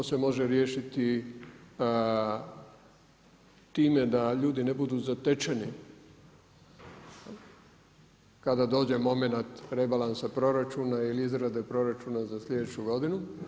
To se može riješiti time da ljudi ne budu zatečeni kada dođe momenat rebalansa proračuna ili izrade proračuna za sljedeću godinu.